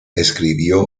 escribió